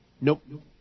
Nope